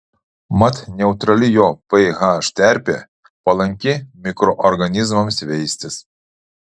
mat neutrali jo ph terpė palanki mikroorganizmams veistis